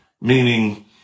Meaning